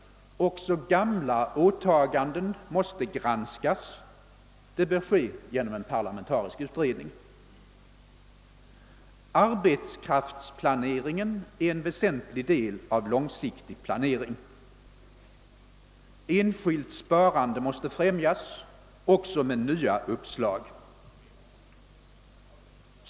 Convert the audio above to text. Också gamla åtaganden måste granskas. Det bör göras i en parlamentarisk utredning. Arbetskraftsplaneringen är en väsentlig del av långsiktig planering. Enskilt sparande måste främjas, också med nya uppslag.